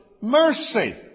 mercy